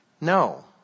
No